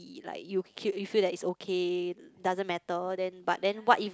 y~ like you feel like is okay doesn't matter then but then what if